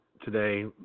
today